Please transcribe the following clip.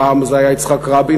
פעם זה היה יצחק רבין,